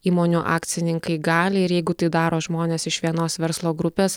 įmonių akcininkai gali ir jeigu tai daro žmonės iš vienos verslo grupės